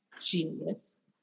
Genius